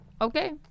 Okay